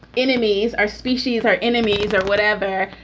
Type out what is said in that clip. enemies, our species, our enemies or whatever,